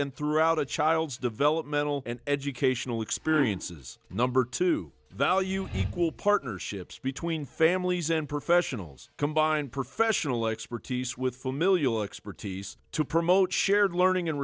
and throughout a child's developmental and educational experiences number to value he will partnerships between families and professionals combine professional expertise with familial expertise to promote shared learning and